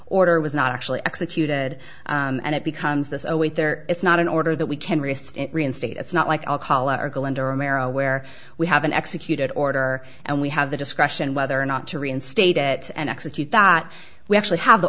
order was not actually executed and it becomes this oh wait there is not an order that we can restate reinstate it's not like alcohol or go under a marrow where we haven't executed order and we have the discretion whether or not to reinstate it and execute that we actually have the